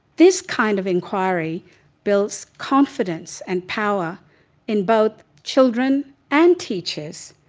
this kind of inquiry builds confidence and power in both children and teachers.